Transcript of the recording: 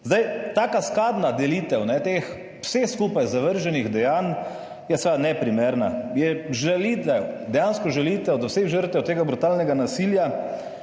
Zdaj ta kaskadna delitev teh vseh skupaj zavrženih dejanj, je seveda neprimerna, je žalitev, dejansko žalitev do vseh žrtev tega brutalnega nasilja,